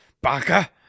Baka